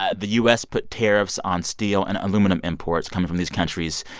ah the u s. put tariffs on steel and aluminum imports coming from these countries.